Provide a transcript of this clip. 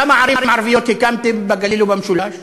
כמה ערים ערביות הקמתם בגליל ובמשולש